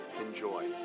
Enjoy